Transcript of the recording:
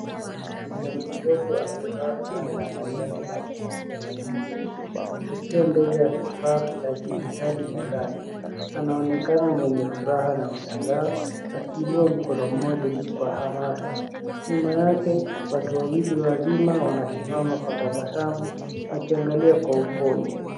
Kinaja mdogo amevaa fulana ya manjano na vishikio masikioni, akiwa mbele ya kifaa cha dijitali mezani. Anaonekana mwenye furaha na mshangao akiinua mkono mmoja juu kwa hamasa. Nyuma yake watu wawili wazima wanasimama kwa tabasamu wakiangalia kwa upole.